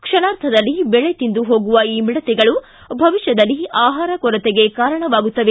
ಕ್ಷಣಾರ್ಧದಲ್ಲಿ ಬೆಳೆ ತಿಂದು ಹೋಗುವ ಈ ಮಿಡತೆಗಳು ಭವಿಷ್ಯದಲ್ಲಿ ಆಹಾರ ಕೊರತೆಗೆ ಕಾರಣವಾಗುತ್ತವೆ